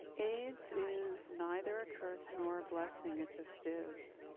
aids is neither a curse nor a blessing. it just is.